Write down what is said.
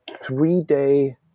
three-day